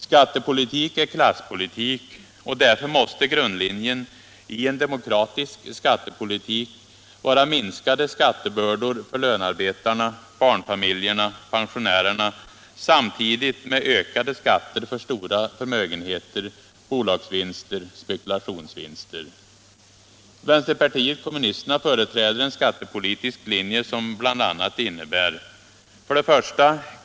Skattepolitik är klasspolitik, och därför måste grundlinjen i en demokratisk skattepolitik vara minskade skattebördor för lönearbetarna, barnfamiljerna och pensionärerna samtidigt med ökade skatter för stora förmögenheter, bolagsvinster och spekulationsvinster. Vänsterpartiet kommunisterna företräder en skattepolitisk linje som bl.a. innebär: 1.